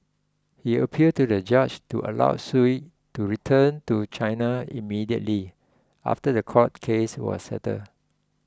he appealed to the judge to allow Sue to return to China immediately after the court case was settled